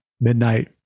midnight